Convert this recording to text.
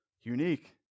unique